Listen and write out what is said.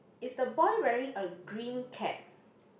is the boy wearing a green cap